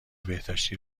بهداشتی